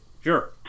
Sure